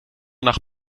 nach